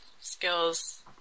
skills